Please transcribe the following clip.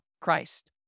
Christ